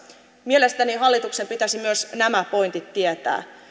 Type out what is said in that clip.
mielestäni hallituksen pitäisi myös nämä pointit tietää